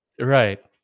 Right